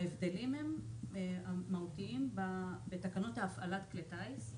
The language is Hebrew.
ההבדלים המהותיים הם בתקנות הפעלת כלי הטייס,